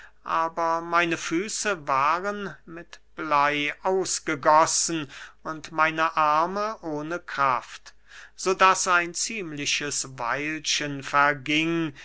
aber meine füße waren mit bley ausgegossen und meine arme ohne kraft so daß ein ziemliches weilchen verging